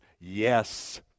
yes